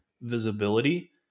visibility